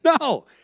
No